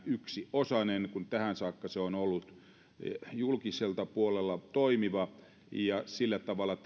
yksi osanen työeläkeyhtiöjärjestelmään kun tähän saakka se on ollut julkisella puolella toimiva ja sillä tavalla